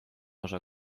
osa